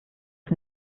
ist